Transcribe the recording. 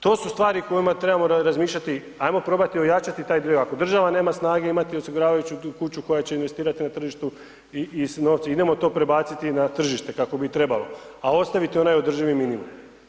To su stvari o kojima trebamo razmišljati, ajmo probati ojačati taj dio, ako država nema snage imati osiguravajuću tu kuću koja će investirati na tržištu i novce, idemo to prebaciti na tržište kako bi i trebalo, a ostaviti onaj održivi minimum.